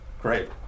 great